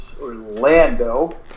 Orlando